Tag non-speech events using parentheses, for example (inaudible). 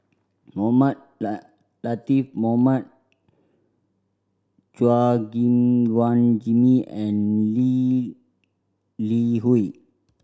Mohamed (unintelligible) Latiff Mohamed Chua Gim Guan Jimmy and Lee Li Hui